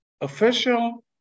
official